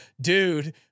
dude